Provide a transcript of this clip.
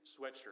sweatshirt